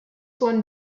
one